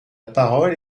parole